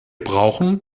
brauchen